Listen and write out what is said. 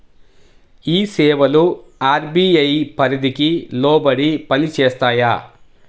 ఈ సేవలు అర్.బీ.ఐ పరిధికి లోబడి పని చేస్తాయా?